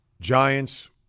Giants